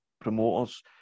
promoters